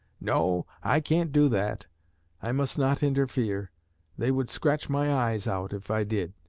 no, i can't do that i must not interfere they would scratch my eyes out if i did.